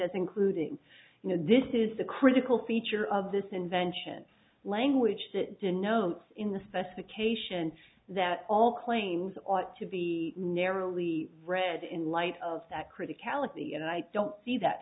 as including you know this is the critical feature of this invention language that denotes in the specification that all claims ought to be narrowly read in light of that criticality and i don't see that